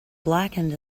blackened